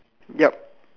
yup